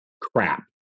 crap